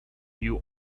you